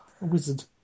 wizard